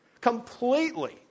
Completely